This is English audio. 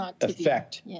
effect